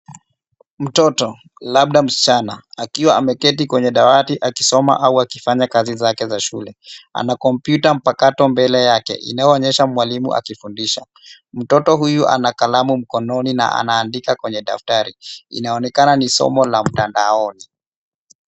Mtoto labda msichana akiwa ameketi kwenye dawati akisoma au akifanya kazi zake za shule. Ana kompyuta mpakato mbele yake inayoonyesha mwalimu akifundisha. Mtoto huyu ana kalamu mkononi na anaandika kwenye daftari. Inaonekana ni somo la mtandaoni.